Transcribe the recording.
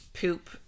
poop